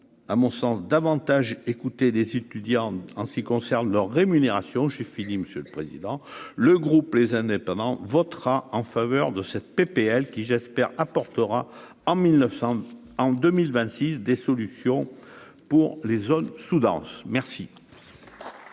à mon sens davantage écoutez décide, étudiante en ce qui concerne leur rémunération chez Philippe, monsieur le président, le groupe les indépendants votera en faveur de cette PPL qui j'espère apportera en 1000 900 en 2026 des solutions pour les zones sous-denses merci.